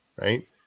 right